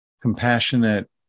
compassionate